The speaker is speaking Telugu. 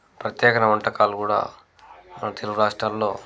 ప్రత్యేకన వంటకాలు కూడా మన తెలుగు రాష్ట్రాల్లో